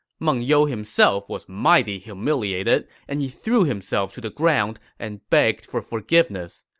meng you himself was mighty humiliated, and he threw himself to the ground and begged for forgiveness.